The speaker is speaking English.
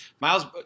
Miles